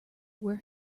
were